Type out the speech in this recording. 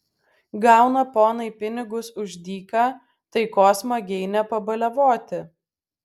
gauna ponai pinigus už dyką tai ko smagiai nepabaliavoti